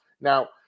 Now